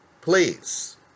please